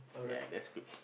ya that's good